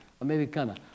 Americana